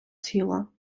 ціла